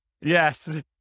yes